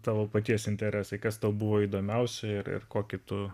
tavo paties interesai kas tau buvo įdomiausia ir ir kokį tu